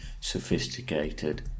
sophisticated